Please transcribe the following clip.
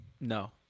No